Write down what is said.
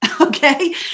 okay